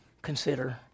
Consider